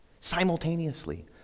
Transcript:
simultaneously